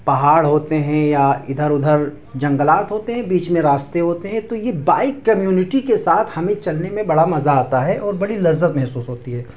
پہاڑ ہوتے ہیں یا ادھر ادھر جنگلات ہوتے ہیں بیچ میں راستے ہوتے ہیں تو یہ بائک کمیونٹی کے ساتھ ہمیں چلنے میں بڑا مزہ آتا ہے اور بڑی لذت محسوس ہوتی ہے